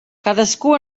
cadascú